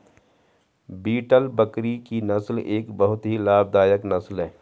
beetle बकरी की नस्ल एक बहुत ही लाभदायक नस्ल है